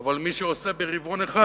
אבל מי שעושה ברבעון אחד,